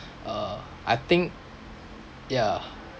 uh I think yeah